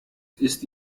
ist